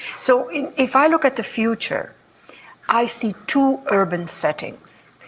so if i look at the future i see two urban settings,